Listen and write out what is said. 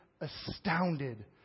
astounded